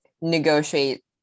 negotiate